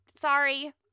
Sorry